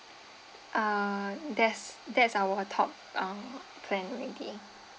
uh that's that's our top uh plan already